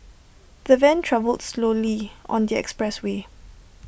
the van travelled slowly on the expressway